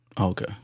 Okay